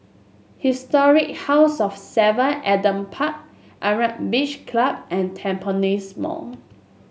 Historic House of Seven Adam Park Beach Club and Tampines Mall